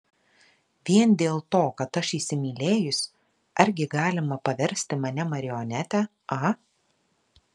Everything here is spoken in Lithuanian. vien dėl to kad aš įsimylėjus argi galima paversti mane marionete a